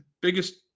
biggest